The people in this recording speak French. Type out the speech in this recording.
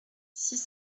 six